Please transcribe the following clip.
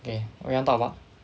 okay what you want talk about